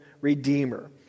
redeemer